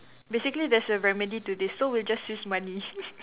basically there's a remedy to this so we'll just use money